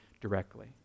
directly